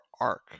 arc